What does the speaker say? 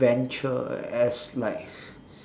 venture as like